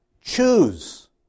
choose